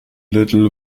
little